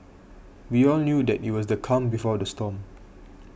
we all knew that it was the calm before the storm